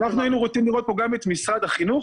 אנחנו היינו רוצים לראות פה גם את משרד החינוך,